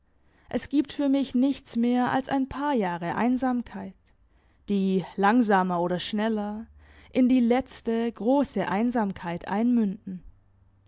es gibt für mich nichts mehr als ein paar jahre einsamkeit die langsamer oder schneller in die letzte grosse einsamkeit einmünden